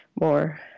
more